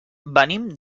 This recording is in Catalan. venim